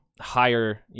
higher